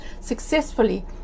successfully